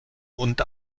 und